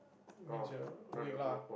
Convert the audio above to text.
means you're awake lah